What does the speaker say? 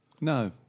No